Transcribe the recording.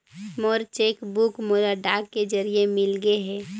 मोर cheque book मोला डाक के जरिए मिलगे हे